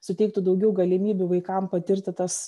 suteiktų daugiau galimybių vaikam patirti tas